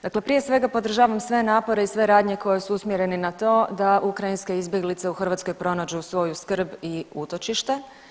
Dakle prije svega podržavam sve napore i sve radnje koje su usmjerene na to da ukrajinske izbjeglice u Hrvatskoj pronađu svoju skrb i utočište.